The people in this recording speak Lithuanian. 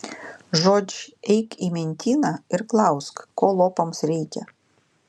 žodž eik į mentyną ir klausk ko lopams reikia